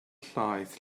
llaeth